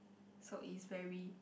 so is very